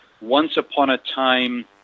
once-upon-a-time